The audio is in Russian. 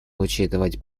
учитывать